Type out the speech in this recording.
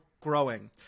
growing